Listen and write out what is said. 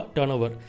Turnover